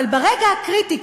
אבל ברגע הקריטי,